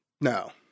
No